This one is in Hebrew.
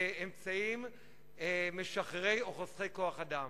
באמצעים משחררי כוח-אדם או חוסכי כוח-אדם.